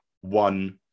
one